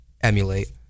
emulate